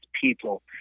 people